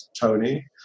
Tony